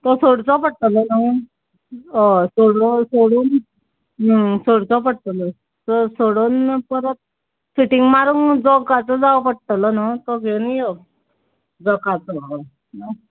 तो सोडचो पडटलो न्हय हय सोडू सोडून सोडचो पडटलो तो सोडून परत फिटींग मारूंग जॉकाचो जाओ पडटलो न्हय तो घेवन यो जॉकाचो हय